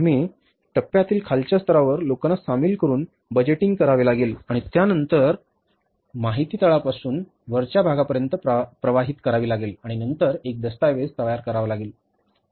आम्ही टप्प्यातील खालच्या स्तरावर लोकांना सामील करून बजेटिंग करावे लागेल त्यानंतर माहिती तळापासून वरच्या भागापर्यंत प्रवाहित करावी लागेल आणि नंतर एक दस्तऐवज तयार करावा लागेल